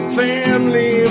family